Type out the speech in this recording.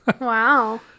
wow